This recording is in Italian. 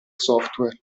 software